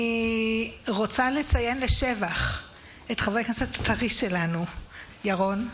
אני רוצה לציין לשבח את חבר הכנסת הטרי שלנו ירון,